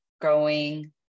growing